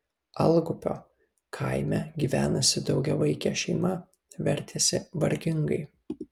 algupio kaime gyvenusi daugiavaikė šeima vertėsi vargingai